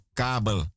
kabel